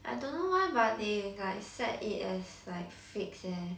I don't know why but they like set it as like fixed eh